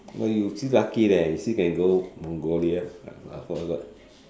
oh you still lucky leh you still can go Mongolia